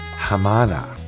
Hamana